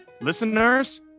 listeners